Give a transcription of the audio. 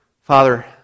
Father